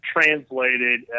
translated